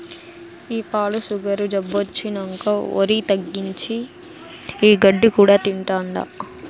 ఈ పాడు సుగరు జబ్బొచ్చినంకా ఒరి తగ్గించి, ఈ గడ్డి కూడా తింటాండా